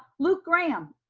luke graham,